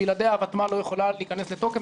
בלעדיה הותמ"ל לא יכולה להיכנס לתוקף